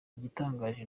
igitangaje